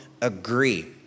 agree